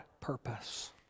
purpose